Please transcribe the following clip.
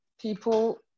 people